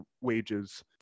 wages